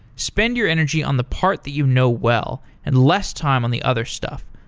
spend your energy on the part that you know well and less time on the other stuff.